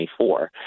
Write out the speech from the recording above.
2024